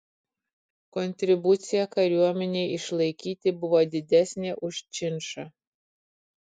kontribucija kariuomenei išlaikyti buvo didesnė už činšą